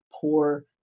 poor